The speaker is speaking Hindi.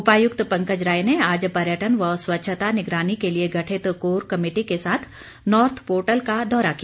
उपायुक्त पंकज राय ने आज पर्यटन एवं स्वच्छता निगरानी के लिए गठित कोर कमेटी के साथ नोर्थ पोर्टल का दौरा किया